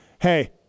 hey –